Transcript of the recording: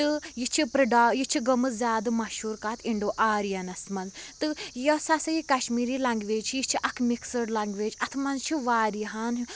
تہٕ یہِ چھِ پرِٛڈا یہِ چھِ گٲمٕژ زیادٕ مَشہوٗر کتھ اِنڈو آریَنَس مَنٛز تہٕ یۅس ہَسا یہِ کَشمیٖری لَنٛگویج چھِ یہِ چھِ اکھ مِکسٕڈ لَنٛگویج اتھ مَنٛز چھ واریاہَن